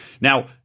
Now